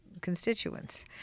constituents